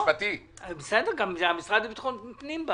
אני רוצה בתמצית לומר מה שכתבתי במכתב,